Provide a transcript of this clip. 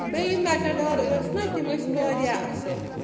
بیٚیہِ یِم مٮ۪ٹاڈار ٲسۍ نہ تِم ٲسۍ وارِیاہ اَصٕل